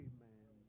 Amen